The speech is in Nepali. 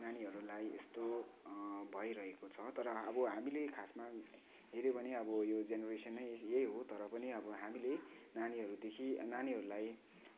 नानीहरूलाई यस्तो भइरहेको छ तर अब हामीले खासमा हेऱ्यो भने अब यो जेनेरेसनै यही हो तर पनि हामीले नानीहरूदेखि नानीहरूलाई